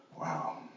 Wow